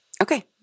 Okay